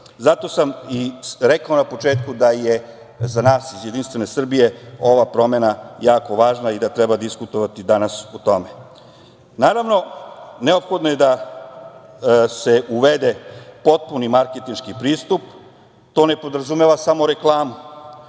Zato sam i rekao na početku da je za nas iz JS ova promena jako važna i da treba diskutovati danas o tome. Naravno, neophodno je da se uvede potpuni marketinški pristup. To ne podrazumeva samo reklamu.